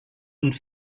und